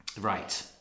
right